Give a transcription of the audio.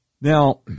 Now